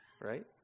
right